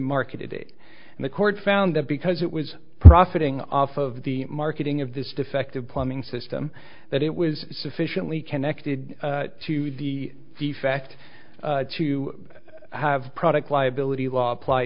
market date and the court found that because it was profiting off of the marketing of this defective plumbing system that it was sufficiently connected to the defect to have product liability law apply